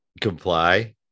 comply